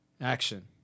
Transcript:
action